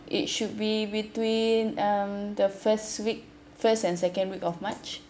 it should be between um the first week first and second week of march